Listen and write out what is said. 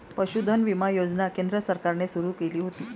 पशुधन विमा योजना केंद्र सरकारने सुरू केली होती